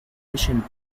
ancient